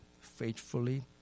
faithfully